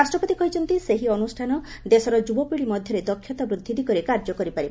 ରାଷ୍ଟ୍ରପତି କହିଛନ୍ତି ସେହି ଅନୁଷ୍ଠାନ ଦେଶର ଯୁବପୀଢ଼ି ମଧ୍ୟରେ ଦକ୍ଷତାବୃଦ୍ଧି ଦିଗରେ କାର୍ଯ୍ୟ କରିପାରିବ